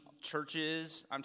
churches